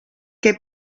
que